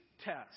test